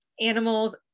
animals